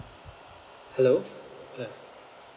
hello ya